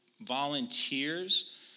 volunteers